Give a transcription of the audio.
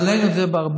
אז העלינו את זה בהרבה.